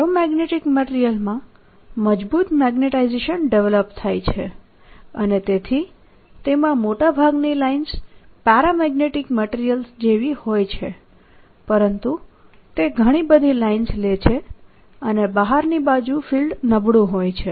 ferromagnetic મટીરીયલમાં મજબૂત magnetization develop થાય છે અને તેથી તેમાં મોટાભાગની લાઇન્સ પેરામેગ્નેટીક મટીરીયલ જેવી હોય છે પરંતુ તે ઘણી બધી લાઇન્સ લે છે અને બહારની બાજુ ફિલ્ડ નબળું હોય છે